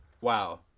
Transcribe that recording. Wow